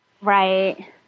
right